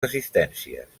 assistències